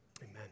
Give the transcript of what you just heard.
amen